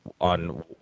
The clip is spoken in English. on